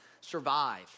survive